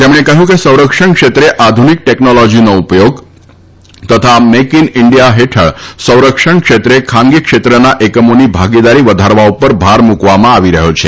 તેમણે કહ્યું કે સંરક્ષણ ક્ષેત્રે આધુનિક ટેકનોલોજીનો ઉપયોગ તથા મેઇક ઇન ઇરેન્ડયા ફેઠળ સંરક્ષણ ક્ષેત્રે ખાનગી ક્ષેત્રના એકમોની ભાગીદારી વધારવા ઉપર ભાર મૂકવામાં આવી રહ્યો છે